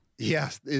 yes